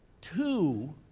two